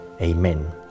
Amen